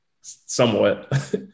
Somewhat